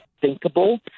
thinkable